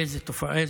איזו תופעה.